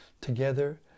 together